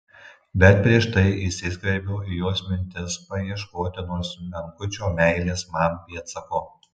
bet prieš tai įsiskverbiau į jos mintis paieškoti nors menkučio meilės man pėdsako